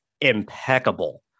impeccable